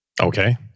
Okay